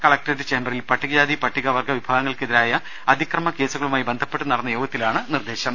collectorate ചേമ്പറിൽ പട്ടിക ജാതി പട്ടിക വർഗ വിഭാഗങ്ങൾക്കെതിരായ അതിക്രമ കേസുകളുമായി ബന്ധപ്പെട്ട് നടന്ന യോഗത്തിലാണ് നിർദ്ദേശം